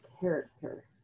character